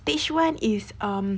stage one is um